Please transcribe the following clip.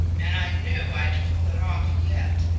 and i knew i'd pull it off yet,